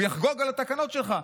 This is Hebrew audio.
והוא יחגוג על התקנות שלך.